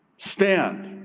stand,